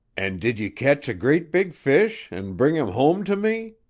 and did you ketch a great big fish and bring him home to me?